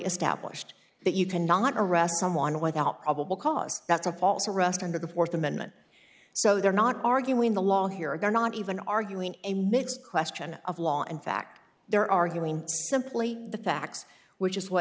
established that you cannot arrest someone without probable cause that's a false arrest under the fourth amendment so they're not arguing the law here and are not even arguing a mix question of law and fact they're arguing simply the facts which is what